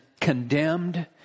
condemned